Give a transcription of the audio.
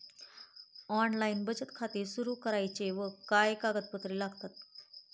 Online बचत खाते कसे सुरू करायचे व काय कागदपत्रे लागतात?